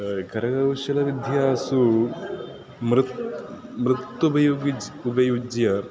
करकौशलविद्यासु मृतं मृत्तिकाम् अपि उपयुज्य उपयुज्य